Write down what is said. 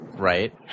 Right